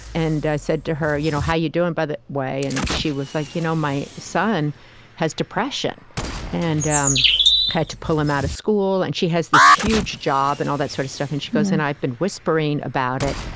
and i said to her, you know how you doing, by the way? she was like, you know my son has depression and i um had to pull him out of school. and she has this huge job, and all that sort of stuff. and she goes, and i've been whispering about it,